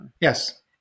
yes